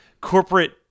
corporate